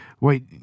wait